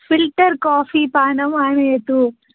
filter coffee पानम् आनयतु